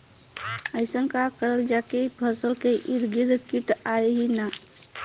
अइसन का करल जाकि फसलों के ईद गिर्द कीट आएं ही न?